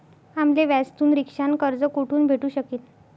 आम्ले व्याजथून रिक्षा न कर्ज कोठून भेटू शकीन